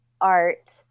art